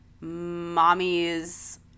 Mommy's